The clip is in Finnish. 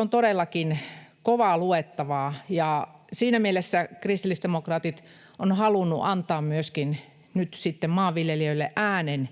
on todellakin kovaa luettavaa. Siinä mielessä kristillisdemokraatit ovat halunneet antaa nyt maanviljelijöille äänen